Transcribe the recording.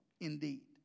indeed